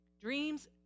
Dreams